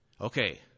Okay